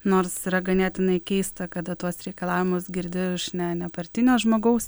nors yra ganėtinai keista kada tuos reikalavimus girdi iš ne nepartinio žmogaus